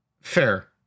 Fair